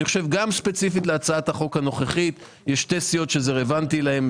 אני חושב שספציפית להצעת החוק הנוכחית יש שתי סיעות שהיא רלוונטית להן,